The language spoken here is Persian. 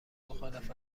مخالفت